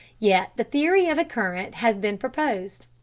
yet the theory of a current has been proposed.